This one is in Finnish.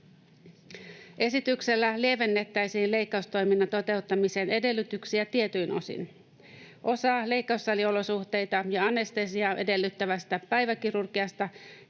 Esityksellä lievennettäisiin leikkaustoiminnan toteuttamisen edellytyksiä tietyin osin. Osaa leikkaussaliolosuhteita ja anestesiaa edellyttävästä päiväkirurgiasta